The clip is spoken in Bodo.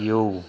आयौ